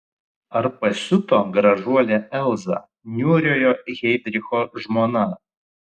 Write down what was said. ar pasiuto gražuolė elza niūriojo heidricho žmona